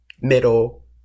middle